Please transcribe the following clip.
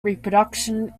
reproduction